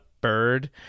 bird